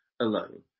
alone